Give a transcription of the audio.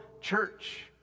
church